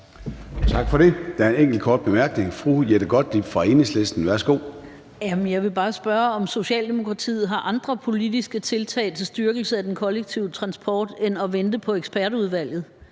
Tak for det. Der er en enkelt kort bemærkning fra fru Jette Gottlieb fra Enhedslisten. Værsgo. Kl. 14:25 Jette Gottlieb (EL): Jeg vil bare spørge, om Socialdemokratiet har andre politiske tiltag til styrkelse af den kollektive transport ud over at vente på ekspertudvalget.